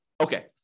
Okay